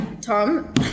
Tom